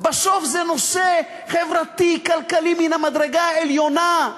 בסוף זה נושא חברתי-כלכלי מן המדרגה העליונה.